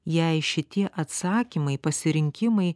jei šitie atsakymai pasirinkimai